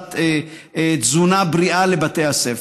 הכנסת תזונה בריאה לבתי הספר.